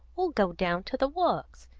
we'll go down to the works.